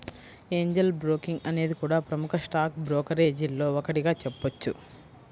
Angel Broking అనేది కూడా ప్రముఖ స్టాక్ బ్రోకరేజీల్లో ఒకటిగా చెప్పొచ్చు